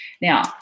now